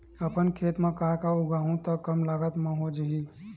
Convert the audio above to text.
अपन खेत म का का उगांहु त कम लागत म हो जाही?